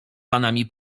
panami